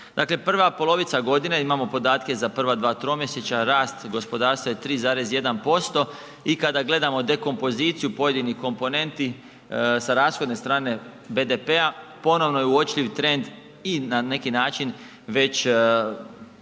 Dakle prva polovica godine, imamo podatke za prva dva tromjesečja, rast gospodarstva je 3,1% i kada gledamo dekompoziciju pojedinih komponenti, sa rashodne strane BDP-a, ponovno je uočljiv trend i na neki način već